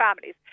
families